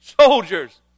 soldiers